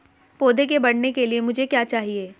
पौधे के बढ़ने के लिए मुझे क्या चाहिए?